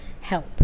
help